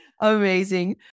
Amazing